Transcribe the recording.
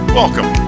welcome